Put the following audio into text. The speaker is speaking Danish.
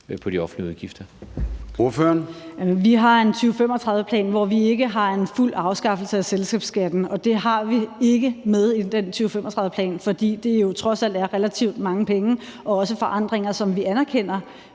Pernille Vermund (NB): Vi har en 2035-plan, hvor vi ikke har en fuld afskaffelse af selskabsskatten. Og det har vi ikke med i den 2035-plan, fordi det jo trods alt er relativt mange penge og også forandringer, som vi anerkender